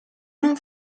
non